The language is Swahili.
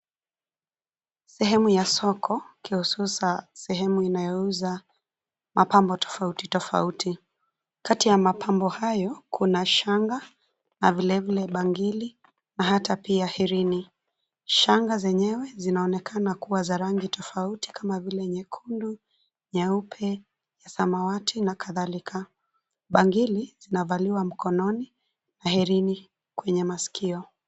Sehemu ya soko, kihususa, sehemu inayouza, mapambo tofauti tofauti, kati ya mapambo hayo kuna shanga, na vile vile bangili, na hata pia herini, shanga zenyewe zinaonekana kuwa za rangi tofauti kama vile nyekundu, nyeupe, ya samawati na kadhalika, bangili, zinavaliwa mkononi, na herini, kwenye masikio.